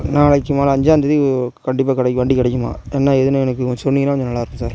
நாளைக்கு முதல்ல அஞ்சாந்தேதி கண்டிப்பாக கிடை வண்டி கிடைக்குமா என்ன ஏதுன்னு எனக்கு கொஞ்சம் சொன்னீங்கன்னா கொஞ்சம் நல்லாயிருக்கும் சார்